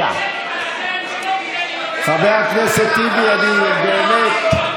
חבר הכנסת טיבי, באמת.